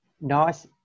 nice